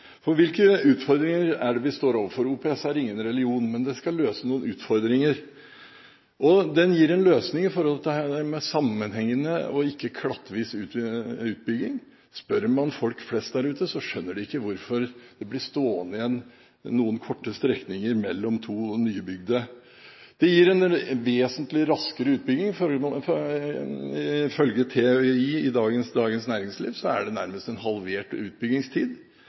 raskere. Hvilke utfordringer er det vi står overfor? OPS er ingen religion, men det skal løse noen utfordringer. Det gir en løsning med tanke på sammenhengene – ikke en klattvis utbygging. Spør man folk flest der ute, skjønner de ikke hvorfor det blir stående igjen noen korte strekninger mellom to nybygde. Det gir en vesentlig raskere utbygging. Ifølge TØI i Dagens Næringsliv er det nærmest en halvert utbyggingstid.